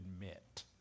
admit